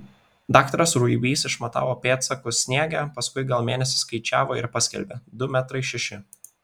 daktaras ruibys išmatavo pėdsakus sniege paskui gal mėnesį skaičiavo ir paskelbė du metrai šeši